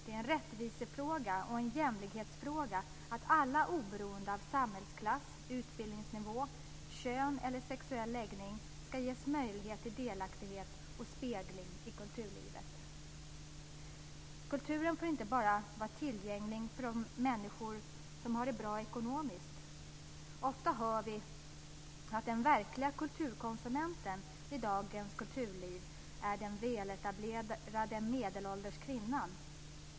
Det är en rättvisefråga och en jämlikhetsfråga att alla oberoende av samhällsklass, utbildningsnivå, kön eller sexuell läggning ska ges möjlighet till delaktighet och spegling i kulturlivet. Kulturen får inte bara vara tillgänglig för de människor som har det bra ekonomiskt. Ofta hör vi att den verkliga kulturkonsumenten i dagens kulturliv är den väletablerade medelålders kvinnan.